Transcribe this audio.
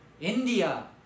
India